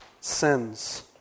sins